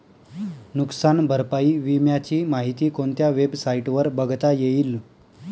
नुकसान भरपाई विम्याची माहिती कोणत्या वेबसाईटवर बघता येईल?